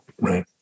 right